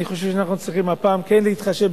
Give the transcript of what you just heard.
אני חושב שאנחנו צריכים הפעם כן להתחשב,